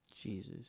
Jesus